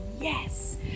yes